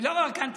לא רק אנטישמיות.